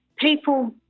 people